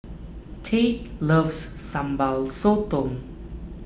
Tate loves Sambal Sotong